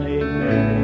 amen